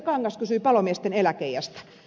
kangas kysyi palomiesten eläkeiästä